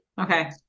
Okay